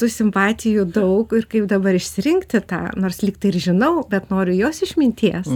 tų simpatijų daug ir kaip dabar išsirinkti tą nors lygtai ir žinau bet noriu jos išminties